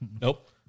Nope